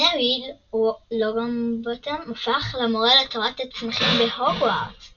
נוויל לונגבוטום הפך למורה לתורת הצמחים בהוגוורטס